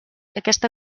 aquesta